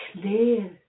clear